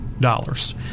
dollars